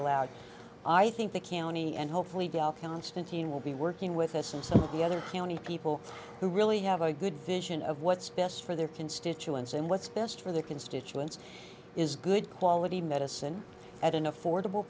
allowed i think the canny and hopefully they'll constantine will be working with us and so the other county people who really have a good vision of what's best for their constituents and what's best for their constituents is good quality medicine at an affordable